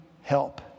help